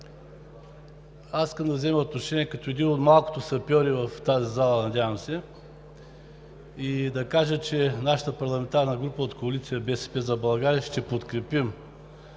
Искам да взема отношение като един от малкото сапьори в тази зала, надявам се, и да кажа, че нашата парламентарна група „БСП за България“ ще подкрепи